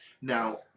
Now